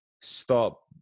stop